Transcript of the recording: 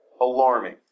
alarming